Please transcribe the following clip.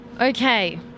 Okay